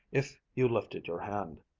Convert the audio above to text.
if you lifted your hand.